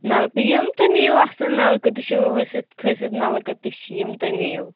نَلکہٕ یِم تُہۍ نِیِو اَصٕل نَلکہٕ تہِ چھِ ؤسِتھ کھٔسِتھ نَلکہٕ تہِ چھِ یِم تُہۍ نِیِو